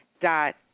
dot